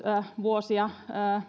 vuosia